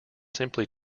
simply